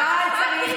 אבל צריך,